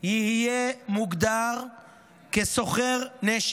יהיה מוגדר סוחר נשק.